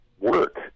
work